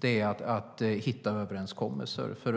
är att hitta överenskommelser.